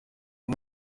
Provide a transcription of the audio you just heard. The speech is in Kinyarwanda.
uyu